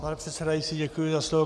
Pane předsedající, děkuji za slovo.